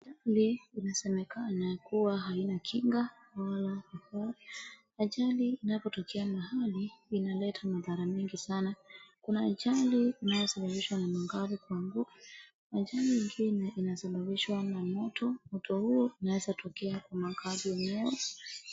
Ajali inasemekana kuwa haina kinga wala kafara, ajali inapotokea mahali inaleta madhara mingi sana. Kuna ajali zinazoletwa na gari kuanguka, ajali ingine inasababishwa na moto, moto huo unaeza tokea kwa magari yenyewe.